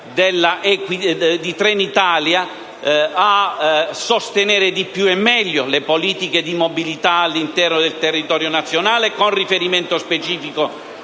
di Trenitalia per sostenere di più e meglio le politiche di mobilità all'interno del territorio nazionale con riferimento specifico